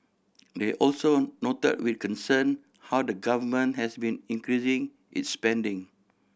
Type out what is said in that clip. they also noted with concern how the Government has been increasing its spending